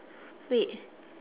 wait